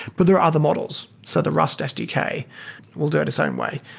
but there are other models. so the rust sdk will do it its own way.